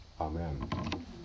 Amen